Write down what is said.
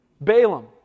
Balaam